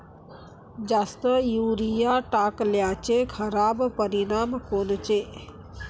जास्त युरीया टाकल्याचे खराब परिनाम कोनचे?